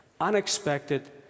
unexpected